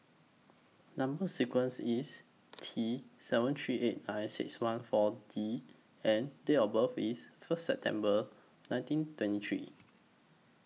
Number sequence IS T seven three eight nine six one four D and Date of birth IS First September nineteen twenty three